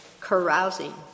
carousing